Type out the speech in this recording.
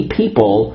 people